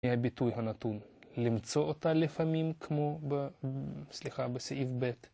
היא הביטוי הנתון, למצוא אותה לפעמים כמו, סליחה, בסעיף ב'